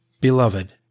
Beloved